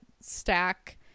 stack